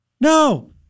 No